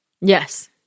Yes